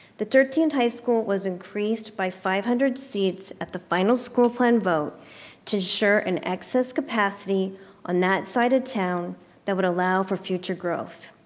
the thirteenth high school was increased by five hundred seats at the final school plan vote to ensure an excess capacity on that side of town that would allow for future growth.